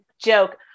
joke